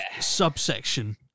subsection